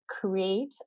create